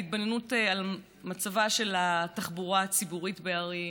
ההתבוננות על מצבה של התחבורה הציבורית בערים,